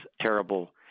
terrible